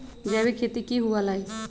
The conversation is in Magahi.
जैविक खेती की हुआ लाई?